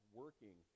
working